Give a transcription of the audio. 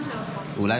להלן תוצאות ההצבעה: בעד,